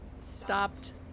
stopped